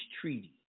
treaty